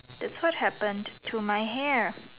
it's what happen to my hair